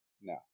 No